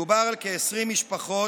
מדובר על כ-20 משפחות,